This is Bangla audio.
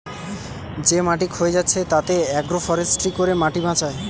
যে মাটি ক্ষয়ে যাচ্ছে তাতে আগ্রো ফরেষ্ট্রী করে মাটি বাঁচায়